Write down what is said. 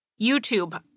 YouTube